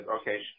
okay